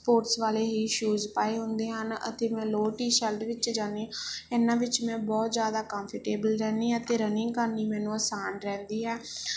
sports ਵਾਲੇ ਹੀ shoes ਪਾਏ ਹੁੰਦੇ ਹਨ ਅਤੇ ਮੈਂ ਲੋਅਰ ਟੀ ਸ਼ਲਟ ਵਿੱਚ ਜਾਂਦੀ ਇਹਨਾਂ ਵਿੱਚ ਮੈਂ ਬਹੁਤ ਜ਼ਿਆਦਾ ਕੰਫਰਟੇਬਲ ਰਹਿੰਦੀ ਹਾਂ ਅਤੇ ਰਨਿੰਗ ਕਰਨੀ ਮੈਨੂੰ ਆਸਾਨ ਰਹਿੰਦੀ ਹੈ